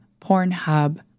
Pornhub